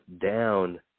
down